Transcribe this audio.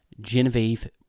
Genevieve